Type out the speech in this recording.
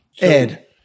Ed